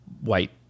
white